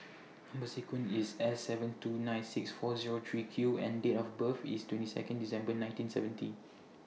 Number sequence IS S seven two nine six four Zero three Q and Date of birth IS twenty Second December nineteen seventy